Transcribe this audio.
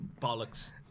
bollocks